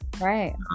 right